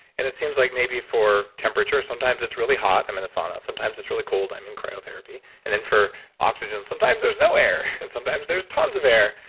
and it seems like maybe for temperature, sometimes it's really hot, i'm in sauna. sometimes it's really cold, i'm in cryotherapy, and then for oxygen, sometimes there's no air and sometimes there's tons of air.